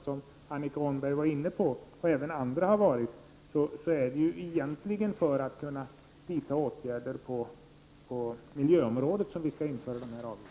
Som Annika Åhnberg — och även andra — var inne på är det egentligen för att vi skall vidta åtgärder på miljöområdet som dessa avgifter införs.